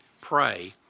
pray